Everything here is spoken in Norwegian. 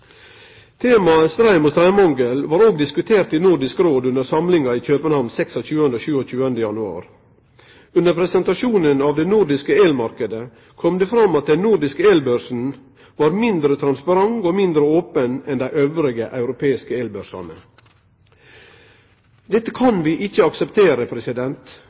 og straummangel var òg diskutert i Nordisk Råd under samlinga i København 26. og 27. januar. Under presentasjonen av den nordiske elmarknaden kom det fram at den nordiske elbørsen var mindre transparent og mindre open enn dei andre europeiske elbørsane. Dette kan vi ikkje akseptere.